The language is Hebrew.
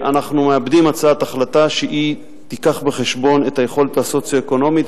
אנחנו מעבדים הצעת החלטה שתביא בחשבון את היכולת הסוציו-אקונומית